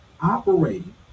Operating